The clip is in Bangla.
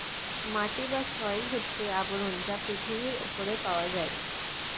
মাটি বা সয়েল হচ্ছে আবরণ যা পৃথিবীর উপরে পাওয়া যায়